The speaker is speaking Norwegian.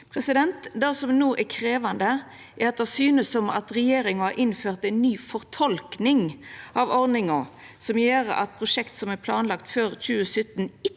og 2027. Det som no er krevjande, er at det synest som om regjeringa har innført ei ny fortolking av ordninga, som gjer at prosjekt som vart planlagde før 2017,